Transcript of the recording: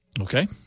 Okay